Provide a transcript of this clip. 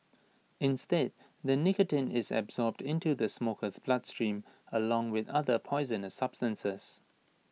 instead the nicotine is absorbed into the smoker's bloodstream along with other poisonous substances